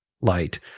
light